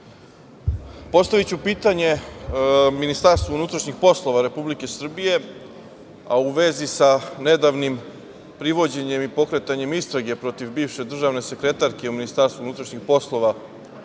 KiM.Postaviću pitanje Ministarstvu unutrašnjih poslova Republike Srbije, a u vezi sa nedavnim privođenjem i pokretanjem istrage protiv bivše državne sekretarke u Ministarstvu unutrašnjih poslova,